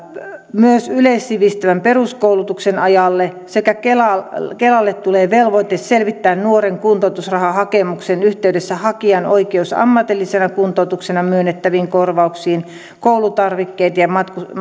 myös yleissivistävän peruskoulutuksen ajalle ja kelalle tulee velvoite selvittää nuoren kuntoutusrahahakemuksen yhteydessä hakijan oikeus ammatillisena kuntoutuksena myönnettäviin kor vauksiin koulutarvikkeista ja ja